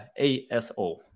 ASO